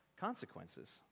consequences